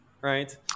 Right